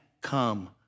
come